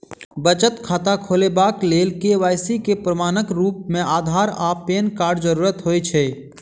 बचत खाता खोलेबाक लेल के.वाई.सी केँ प्रमाणक रूप मेँ अधार आ पैन कार्डक जरूरत होइ छै